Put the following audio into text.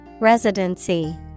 Residency